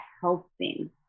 helping